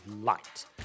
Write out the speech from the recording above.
light